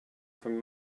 from